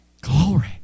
Glory